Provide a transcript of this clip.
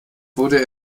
wurde